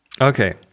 Okay